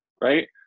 right